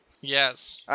Yes